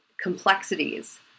complexities